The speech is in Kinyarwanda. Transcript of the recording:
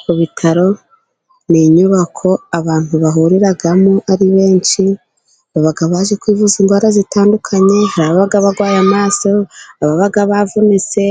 Ku bitaro ni inyubako abantu bahuriramo ari benshi, baba baje kwivuza indwara zitandukanye hari ababa barwaye amaso, ababa bavunitse,